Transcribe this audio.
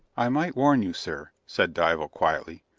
i might warn you, sir, said dival quietly,